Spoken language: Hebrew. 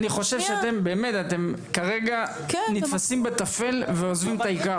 אני חושב שאתם נתפסים בתפל ועוזבים את העיקר.